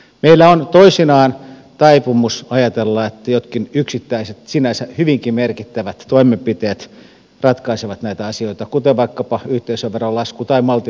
meillä on toisinaan taipumus ajatella että jotkin yksittäiset sinänsä hyvinkin merkittävät toimenpiteet ratkaisevat näitä asioita kuten vaikkapa yhteisöveron lasku tai maltillinen tulosopimus